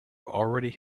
already